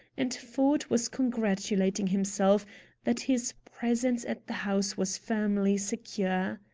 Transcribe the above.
and ford was congratulating himself that his presence at the house was firmly secure.